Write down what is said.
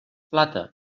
plata